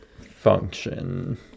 Function